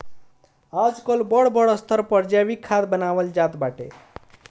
आजकल बड़ स्तर पर जैविक खाद बानवल जात बाटे